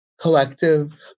collective